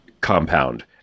compound